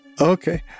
okay